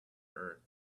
earth